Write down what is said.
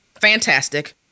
Fantastic